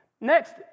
Next